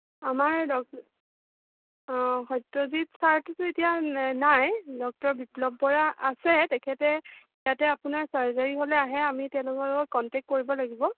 আমাৰ অঁ সত্যজিত ছাৰটোতো এতিয়া নাই ডক্টৰ বিপ্লৱ বড়া আছে তেখেতে ইয়াতে আপোনাৰ চাৰ্জাৰী হ'লে আহে আমি তেওঁলোকৰ লগত কণ্টেক্ট কৰিব লাগিব